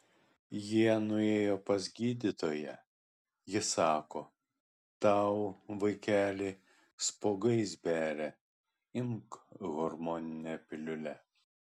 jie nuėjo pas gydytoją ji sako tau vaikeli spuogais beria imk hormoninę piliulę